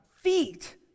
feet